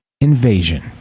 invasion